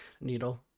needle